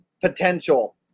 potential